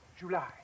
July